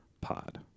Pod